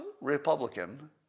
Republican